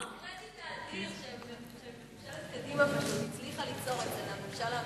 לאור הקרדיט האדיר שממשלת קדימה הצליחה ליצור אצל הממשל האמריקני.